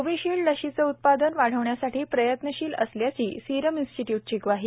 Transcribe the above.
Covishield लसीच उत्पादन वाढविण्यासाठी प्रयत्नशील असल्याची सिरम इन्स्टिटयूट ची ग्वाही